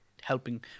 helping